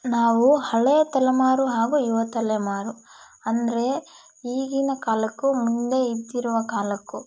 ನಾವು ಹಳೆಯ ತಲೆಮಾರು ಹಾಗೂ ಯುವ ತಲೆಮಾರು ಅಂದರೆ ಈಗಿನ ಕಾಲಕ್ಕೂ ಮುಂದೆ ಇದ್ದಿರುವ ಕಾಲಕ್ಕೂ